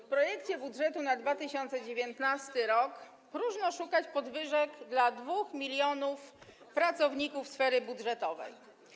W projekcie budżetu na 2019 r. próżno szukać podwyżek dla 2 mln pracowników sfery budżetowej.